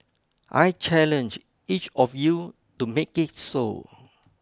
I challenge each of you to make it so